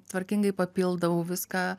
tvarkingai papildau viską